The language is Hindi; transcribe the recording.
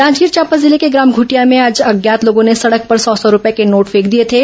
जांजगीर चांपा जिले के ग्राम घूठिया में आज अज्ञात लोगों ने सड़क पर सौ सौ रूपये के नोट फेंक दिए थे